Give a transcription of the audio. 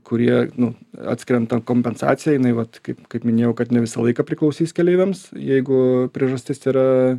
kurie nu atskiriant ten kompensaciją jinai vat kaip kaip minėjau kad ne visą laiką priklausys keleiviams jeigu priežastis yra